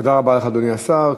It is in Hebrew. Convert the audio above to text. תודה רבה לך, אדוני השר.